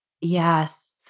Yes